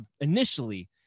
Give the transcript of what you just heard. initially